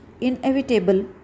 inevitable